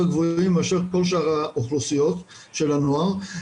גבוהים מאשר כל שאר האוכלוסיות של הנוער.